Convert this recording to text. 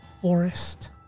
Forest